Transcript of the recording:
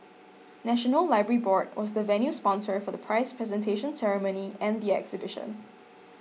National Library Board was the venue sponsor for the prize presentation ceremony and the exhibition